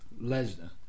Lesnar